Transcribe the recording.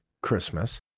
christmas